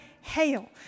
hail